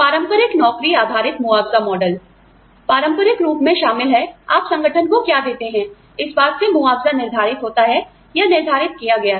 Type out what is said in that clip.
पारंपरिक नौकरी आधारित मुआवजा मॉडल पारंपरिक रूप से शामिल है आप संगठन को क्या देते हैं इस बात से मुआवजा निर्धारित होता है या निर्धारित किया गया है